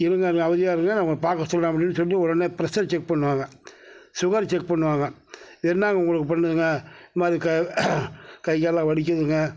இருங்க நீங்கள் அமைதியாக இருங்க நான் உங்களை பார்க்க சொல்கிறன் அப்படின் சொல்லி ஒடனே ப்ரெஷர் செக் பண்ணுவாங்க சுகர் செக் பண்ணுவாங்க என்னாங்க உங்களுக்கு பண்ணுதுங்க இந்தமாரி கைகால்லாம் வலிக்குதுங்க